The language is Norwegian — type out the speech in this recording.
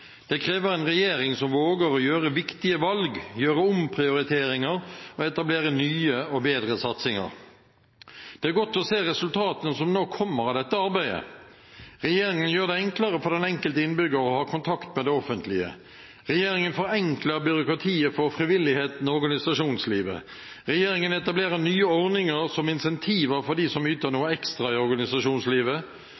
Det krever en regjering som våger å gjøre viktige valg, gjøre omprioriteringer og etablere nye og bedre satsinger. Det er godt å se resultatene som nå kommer av dette arbeidet. Regjeringen gjør det enklere for den enkelte innbygger å ha kontakt med det offentlige. Regjeringen forenkler byråkratiet for frivilligheten og organisasjonslivet. Regjeringen etablerer nye ordninger som incentiver for dem som yter noe